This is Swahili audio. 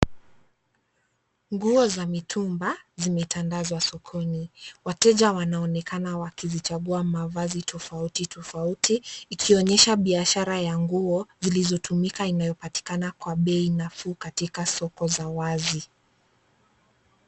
Nguo za mitumba, zimetandazwa sokoni. Wateja wanaonekana wakizichagua mavazi tofauti tofauti, ikionyesha biashara ya nguo zilizotumika inayopatikana kwa bei nafuu katika soko za wazi.